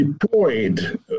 deployed